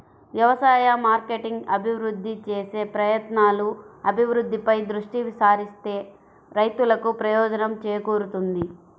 వ్యవసాయ మార్కెటింగ్ అభివృద్ధి చేసే ప్రయత్నాలు, అభివృద్ధిపై దృష్టి సారిస్తే రైతులకు ప్రయోజనం చేకూరుతుంది